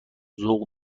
ذوق